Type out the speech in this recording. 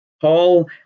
Paul